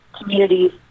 communities